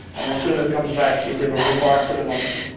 and as soon as it comes back we give a reward to the monkey.